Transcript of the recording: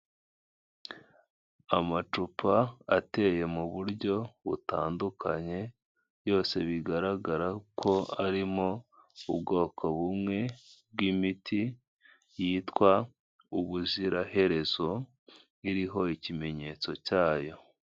Amacupa ateye muburyo butandukanye, yose bigaragara ko arimo ubwoko bumwe bw'imiti yitwa ubuziraherezo iriho ikimenyetso cyayo.